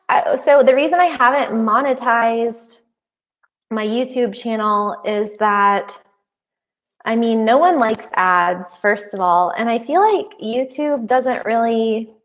so the reason i haven't monetized my youtube channel is that i mean no one likes ads. first of all, and i feel like youtube doesn't really,